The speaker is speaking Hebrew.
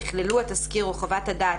יכללו התסקיר או חוות הדעת,